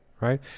right